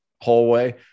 hallway